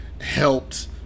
helped